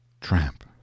tramp